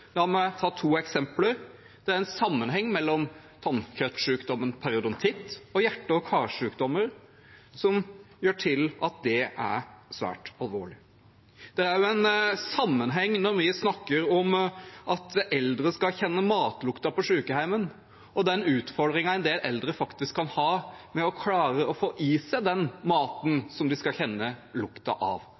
la meg ta to eksempler: Det er en sammenheng mellom tannkjøttsykdommen periodontitt og hjerte- og karsykdommer som er svært alvorlig. Og: Vi snakker om at eldre skal kjenne matlukten på sykehjemmet. Det er også en sammenheng med den utfordringen en del eldre faktisk kan ha med å klare å få i seg den maten som de skal kjenne lukten av.